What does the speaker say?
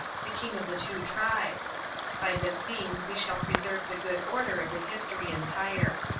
the king of the two tribes by this means we shall preserve the good order of the history entire.